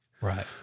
Right